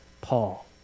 Paul